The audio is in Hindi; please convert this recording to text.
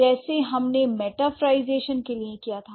जैसे हमने मेटाफरlईजेशन के लिए किया था